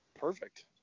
Perfect